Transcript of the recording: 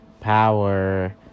power